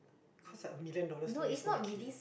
cause like a million of dollars to raise one kid